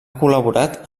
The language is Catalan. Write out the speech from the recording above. col·laborat